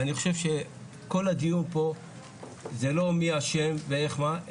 ואני חושב שכל הדיון פה זה לא מי אשם ואיך מה,